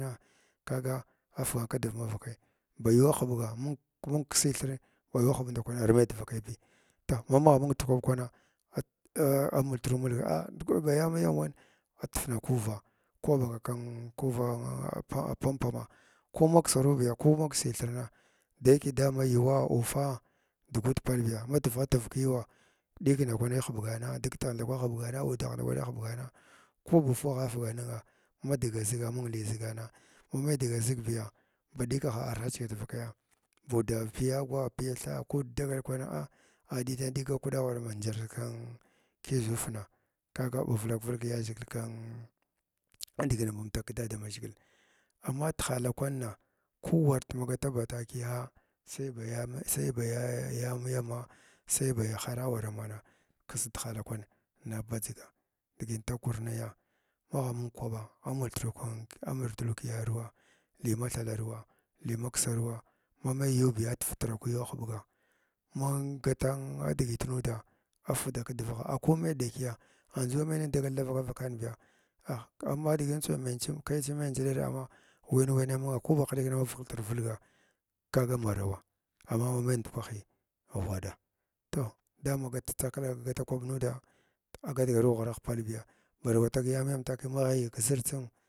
Kaga afgan kədiv mavakai ba yuwa hubda mun kəsitherin ba yuwa hugɓ nda kwani arme divakaibi te magha mung dekwab kwana at á a multru mulg a dekwaɓ ba yamiyam wan a tufna kuva ko agha ɓaga kan tufna kuva ko agha ɓaga kan kuvan pam-pama ku maksaru biya ku maksi therna sa yake dama yuwa ufa digud palbiya ma tufgha tufug kayuwa dik nda kwani heɓgana digtighal nda kwa hebgana udah ndakwani heɓgana ku buf wagha fugana ma diga ziga a mung li zigana mane diga zigbaya ba ɗikana ar ghachiga tivakaya buda piya gwa piya tha kud dagal kwana á a ɗidan dig ka kuɗa a waram ndir kan kizhufna kaga. Vilak vilg yazhigil kan mtak kada damazhigil amma ti hala kwanna kuwar tuma kataba takiya sai ba ya-ya ya miyama sai ba yahara waram wana kasdhala kwan ná badzha digi intakwar naya ma ba mung kwaɓa a multru kənn a multru kayaruwa li mathalaruwa li maksaruwa ma ma’i yubiya a tuftra kayuwa hubga man gata digit nuda afda kadvagha ko ma’i d’kya a ndzu a me nin dagal da vakavakan biya ah maba digin tsu men tsum kai tsum memnjdiɗarga amma nwan wana munna ko ba hidikin ma vulghatir vulga kaga marawa ama mama’i ndkwahi ghua ɗa to dama gat thaklang gata kwab nuda a gatgaru ghuagh pal biya band kwata tag yamiyama taki ma yighayig kazirtsum.